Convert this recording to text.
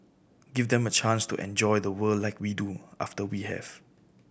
give them a chance to enjoy the world like we do after we have